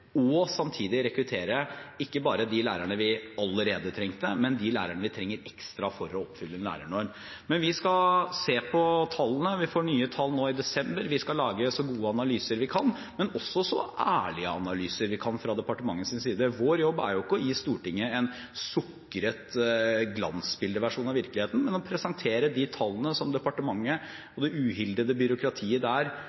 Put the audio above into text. og samtidig rekruttere ikke bare de lærerne vi allerede trengte, men de lærerne vi trenger ekstra for å oppfylle lærernormen. Men vi skal se på tallene. Vi får nye tall nå i desember. Vi skal lage så gode analyser vi kan, men også så ærlige analyser vi kan, fra departementets side. Vår jobb er jo ikke å gi Stortinget en sukret glansbildeversjon av virkeligheten, men å presentere de tallene som departementet